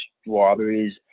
strawberries